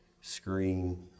screen